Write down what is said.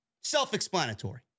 self-explanatory